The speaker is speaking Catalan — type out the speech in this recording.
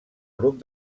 grup